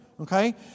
okay